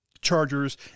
Chargers